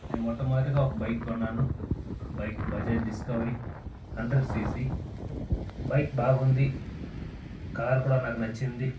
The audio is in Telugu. నేను మొట్టమొదటగా ఒక బైక్ కొన్నాను bike Bajaj Discovery hundred CC bike బాగుంది కలర్ కూడా నాకు నచ్చింది